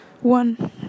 one